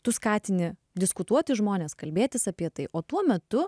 tu skatini diskutuoti žmones kalbėtis apie tai o tuo metu